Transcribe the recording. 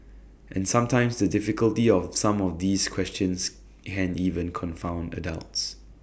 and sometimes the difficulty of some of these questions can even confound adults